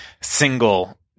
single